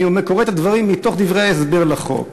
אני קורא את הדברים מתוך דברי ההסבר לחוק.